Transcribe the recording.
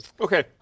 Okay